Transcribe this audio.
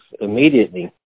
immediately